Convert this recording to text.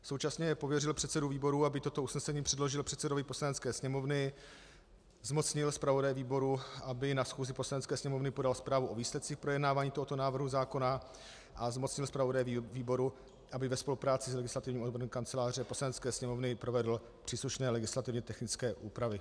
Současně pověřuje předsedu výboru, aby toto usnesení předložil předsedovi Poslanecké sněmovny, zmocňuje zpravodaje výboru, aby na schůzi Poslanecké sněmovny podal zprávu o výsledcích projednávání tohoto návrhu zákona, a zmocňuje zpravodaje výboru, aby ve spolupráci s Legislativním odborem Kanceláře Poslanecké sněmovny provedl příslušné legislativně technické úpravy.